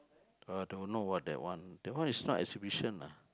uh don't know what that one that one is not exhibition lah